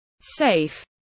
safe